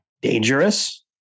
dangerous